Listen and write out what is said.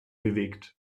bewegt